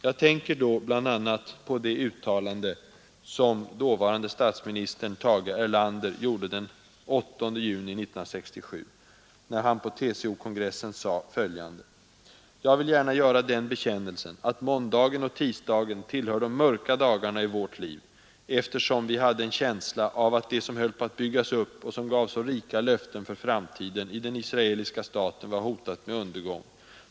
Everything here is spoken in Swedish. Jag tänker då bl.a. på det uttalande som dåvarande statsministern Tage Erlander gjorde den 8 juni 1967, när han på TCO-kongressen sade följande: ”——— jag vill gärna göra den bekännelsen att måndagen och tisdagen tillhör de mörka dagarna i vårt liv, eftersom vi hade en känsla av att det som höll på att byggas upp och som gav så rika löften för framtiden i den israeliska staten var hotat med undergång.